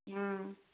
ஆ